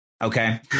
Okay